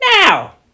Now